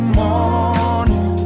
morning